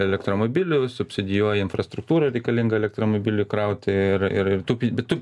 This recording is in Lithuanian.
elektromobilių subsidijuoja infrastruktūrą reikalingą elektromobiliui krauti ir ir ir taupyt bet tu